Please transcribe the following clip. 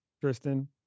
Tristan